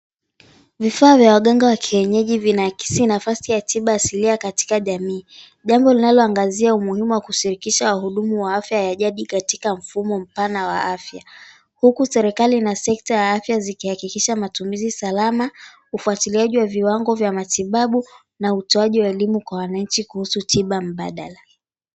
Vifaa vya waganga wa kienyeji vinaakisi nafasi ya tiba asilia katika jamii. Jambo linaloangazia umuhimu wa kushirikisha wahudumu wa afya ya jadi katika mfumo mpana wa afya. Huku serikali na sekta ya afya zikihakikisha matumizi salama, ufuatiliaji wa viwango vya matibabu na utoaji wa elimu kwa wananchi kuhusu tiba mbadala.